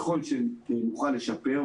ככל שנוכל לשפר,